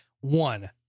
one